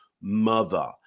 mother